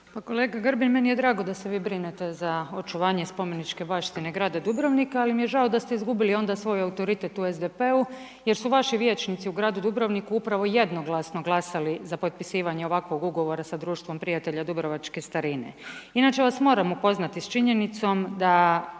kolega Grbin, meni je drago da se vi brinete za očuvanje spomeničke baštine grada Dubrovnika, ali mi je žao da ste izgubili onda svoj autoritet u SDP-u jer su vaši vijećnici u gradu Dubrovniku upravo jednoglasno glasali za potpisivanje ovakvog ugovora sa Društvom prijatelja dubrovačke starine. Inače vas moram upoznati s činjenicom da